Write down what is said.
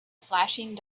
flashing